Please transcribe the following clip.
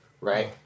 right